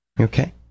Okay